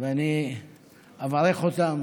ואני אברך אותם